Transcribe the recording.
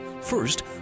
first